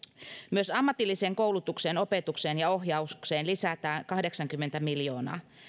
myös ammatilliseen koulutukseen opetukseen ja ohjaukseen lisätään kahdeksankymmentä miljoonaa